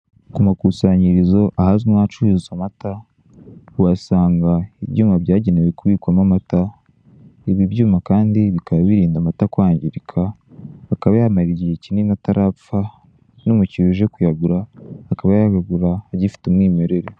Ku makusanyirizo, ahazwi nk'ahacururizwa amata, uhasanga ibyuma byagenewe kubikwamo amata. Ibi byuma kandi bikaba birinda amata kwangirika, akaba yamara igihe kinini atarapfa, n'umukiriya uje kuyagura akaba yayagura agifite umwimerere.